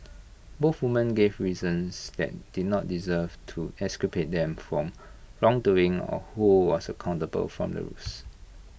both women gave reasons that did not dserve to exculpate them from wrongdoing or who was accountable from the ruse